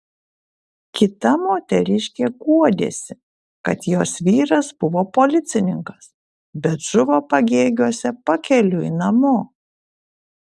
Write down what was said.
kita moteriškė guodėsi kad jos vyras buvo policininkas bet žuvo pagėgiuose pakeliui namo